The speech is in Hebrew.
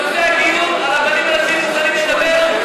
בנושא הגיור, הרבנים הראשיים מוכנים לדבר,